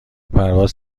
پرواز